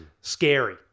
scary